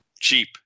Cheap